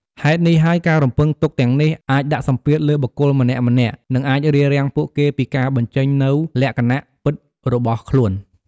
ហេតុនេះហើយការរំពឹងទុកទាំងនេះអាចដាក់សម្ពាធលើបុគ្គលម្នាក់ៗ និងអាចរារាំងពួកគេពីការបញ្ចេញនូវលក្ខណៈពិតរបស់ខ្លួន។